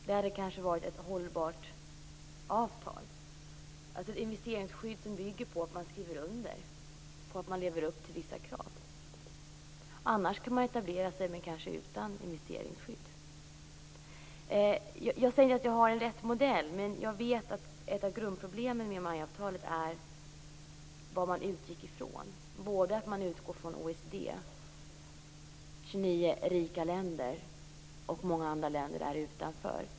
Det hade kanske inneburit ett hållbart avtal om man hade haft ett investeringsskydd som bygger på att man skriver under på att man lever upp till vissa krav. Annars kan man etablera sig utan investeringsskydd. Jag säger inte att den modell som jag talar om är rätt. Men jag vet att ett av grundproblemen med MAI avtalet är vad man utgår ifrån. Man utgår från OECD, 29 rika länder, och många andra länder står utanför.